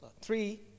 three